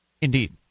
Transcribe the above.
Indeed